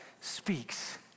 Speaks